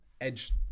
edge